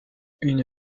une